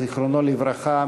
זיכרונו לברכה,